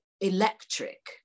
electric